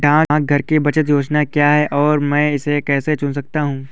डाकघर की बचत योजनाएँ क्या हैं और मैं इसे कैसे चुन सकता हूँ?